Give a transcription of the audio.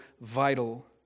vital